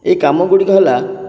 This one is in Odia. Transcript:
ଏହି କାମଗୁଡ଼ିକ ହେଲା